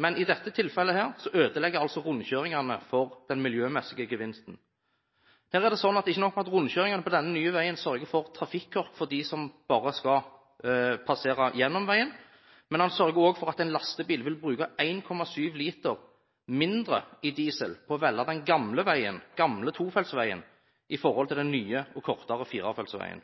men i dette tilfellet ødelegger altså rundkjøringene for den miljømessige gevinsten. Her er det slik at ikke nok med at rundkjøringene på denne nye veien sørger for trafikkork for dem som bare skal passere gjennom veien, men den sørger også for at en lastebil vil bruke 1,7 liter mindre diesel på å velge den gamle tofeltsveien i stedet for den nye og kortere firefeltsveien.